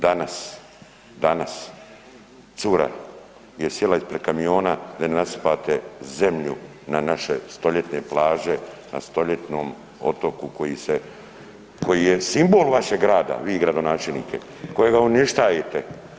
Danas, danas cura je sjela ispred kamiona da ne nasipate zemlju na naše stoljetne plaže na stoljetnom otoku koji se, koji je simbol vašeg rada vi gradonačelniče, kojega uništajete.